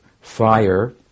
fire